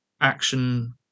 action